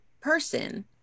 person